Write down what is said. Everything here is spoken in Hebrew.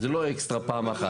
זה לא אקסטרה, פעם אחת.